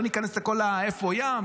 לא ניכנס לאיפה ים,